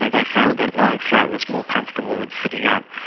and like found that lying flat was more comfortable than sitting up.